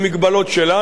כדי להבטיח,